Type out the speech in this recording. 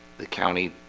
the county